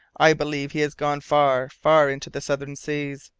i believe he has gone far, far into the southern seas,